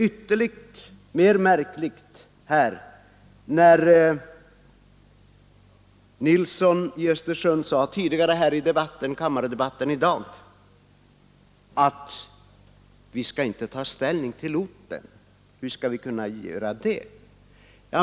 Ytterligt märkligt är det också att herr Nilsson i Östersund under kammardebatten i dag sagt att vi inte skall ta ställning till orten. Herr Nilsson i Östersund frågade: Hur skulle vi kunna göra det?